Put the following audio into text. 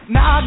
Now